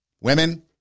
women